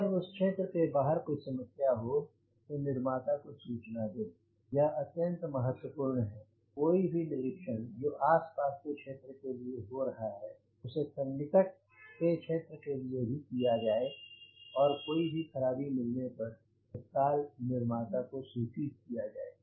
अगर उस क्षेत्र के बाहर कोई समस्या हो तो निर्माता को सूचना दें यह अत्यंत महत्त्वपूर्ण है कोई भी निरीक्षण जो आस पास के क्षेत्र के लिए हो रहा हो उसे सन्निकट के क्षेत्र के लिए भी किया जाए और कोई भी खराबी मिलने पर तत्काल निर्माता को सूचित किया जाए